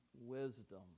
Wisdom